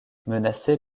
menacé